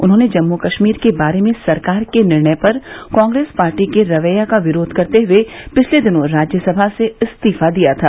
उन्होंने जम्मू कश्मीर के बारे में सरकार के निर्णय पर कांग्रेस पार्टी के रवैये का विरोध करते हए पिछले दिनों राज्यसभा से इस्तीफा दिया था